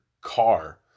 car